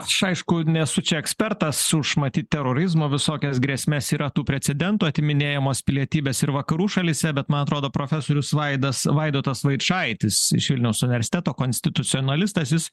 aš aišku nesu čia ekspertas už matyt terorizmo visokias grėsmes yra tų precedentų atiminėjamos pilietybės ir vakarų šalyse bet man atrodo profesorius vaidas vaidotas vaičaitis iš vilniaus universiteto konstitucionalistas jis